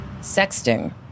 Sexting